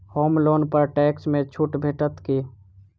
होम loan पर tax मे छुट भेटत की